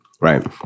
right